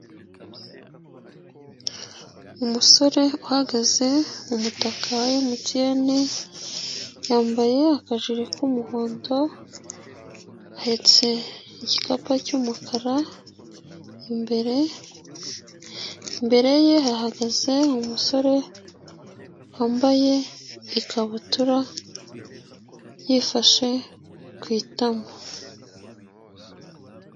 Umusore uhagaze mu umutaka wa MTN, yambaye akajire k'umuhondo, ahetse igikapu cy'umukara, imbere ye hagaze umusore wambaye ikabutura yifashe ku itama.